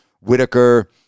Whitaker